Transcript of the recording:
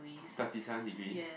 thirty seven degrees